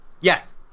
yes